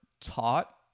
taught